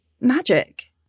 magic